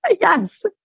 Yes